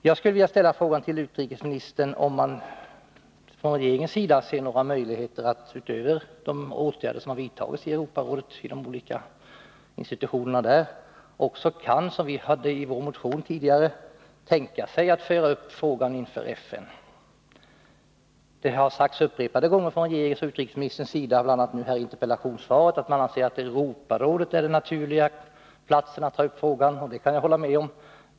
Jag skulle vilja fråga utrikesministern om regeringen, utöver de åtgärder som har vidtagits i de olika institutionerna inom Europarådet, kan tänka sig att, som vi föreslog i vår motion, föra upp frågan inför FN. Det har upprepade gånger sagts från regeringens och utrikesministerns sida — bl.a. i dagens interpellationssvar — att man anser att Europarådet är den naturliga instansen för den här frågan, och det kan jag hålla med om.